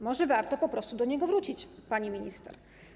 Może warto po prostu do niego wrócić, pani minister?